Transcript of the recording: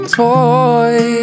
toy